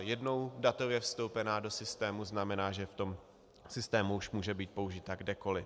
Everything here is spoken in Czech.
Jednou datově vstoupená do systému znamená, že v tom systému už může být použita kdekoliv.